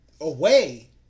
away